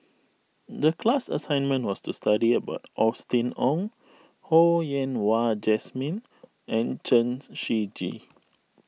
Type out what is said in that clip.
the class assignment was to study about Austen Ong Ho Yen Wah Jesmine and Chen Shiji